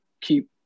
keep